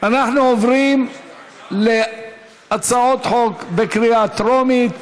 אנחנו עוברים להצעות חוק בקריאה טרומית.